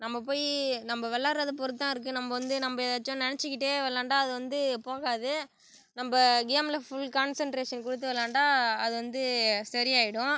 நம்ப போய் நம்ப விளாடறத பொறுத்து தான் இருக்கு நம்ப வந்து நம்ப எதாச்சு நினச்சிக்கிட்டே விளாண்டா அது வந்து போகாது நம்ப கேம்மில ஃபுல் கான்சென்ட்ரேஷன் கொடுத்து விளாண்டா அது வந்து சரி ஆயிடும்